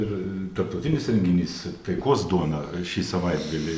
ir tarptautinis renginys taikos duona šį savaitgalį